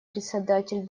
председатель